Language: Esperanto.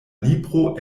libro